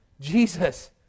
Jesus